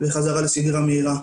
וחזרה לשגרה מהירה.